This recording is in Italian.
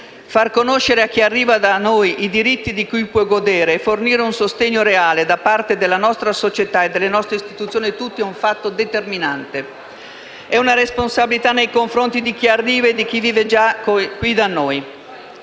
far conoscere a chi arriva da noi i diritti di cui può godere e fornire un sostegno reale da parte della nostra società e delle nostre istituzioni tutte sono fatti determinanti. Si tratta di una responsabilità nei confronti di chi arriva e di chi vive già qui da noi.